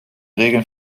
regeln